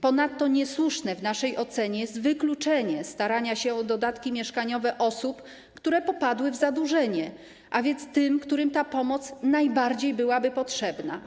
Ponadto niesłuszne w naszej ocenie jest wykluczenie ze starania się o dodatki mieszkaniowe osób, które popadły w zadłużenie, a więc tych, którym ta pomoc najbardziej byłaby potrzebna.